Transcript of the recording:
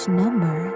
number